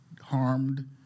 harmed